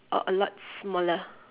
or a lot smaller